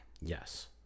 Yes